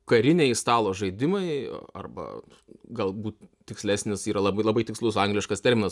kariniai stalo žaidimai arba galbūt tikslesnis yra labai labai tikslus angliškas terminas